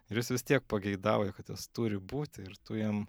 ir jis vis tiek pageidauja kad jos turi būti ir tu jam